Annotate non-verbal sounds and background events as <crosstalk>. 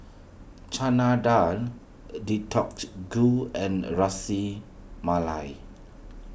Chana Dal <unintelligible> Gu and Ras Malai